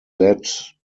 led